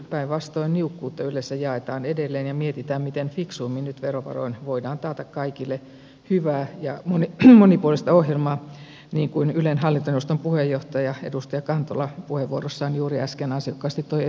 päinvastoin niukkuutta ylessä jaetaan edelleen ja mietitään miten fiksuimmin nyt verovaroin voidaan taata kaikille hyvää ja monipuolista ohjelmaa niin kuin ylen hallintoneuvoston puheenjohtaja edustaja kantola puheenvuorossaan juuri äsken ansiokkaasti toi esille